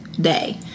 day